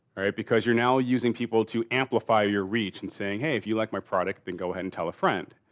all right? because you're now using people to amplify your reach and saying hey if you like my product then go ahead and tell a friend.